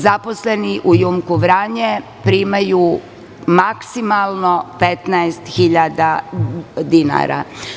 Zaposleni u "Jumko" Vranje primaju maksimalno 15.000 dinara.